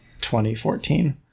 2014